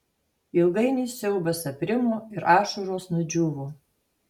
ilgainiui siaubas aprimo ir ašaros nudžiūvo